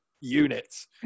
units